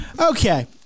Okay